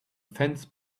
fence